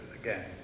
again